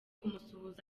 kumusuhuza